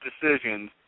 decisions